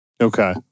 Okay